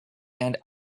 and